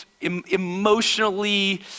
emotionally